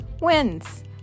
wins